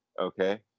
okay